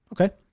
okay